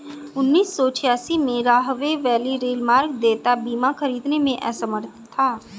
उन्नीस सौ छियासी में, राहवे वैली रेलमार्ग देयता बीमा खरीदने में असमर्थ था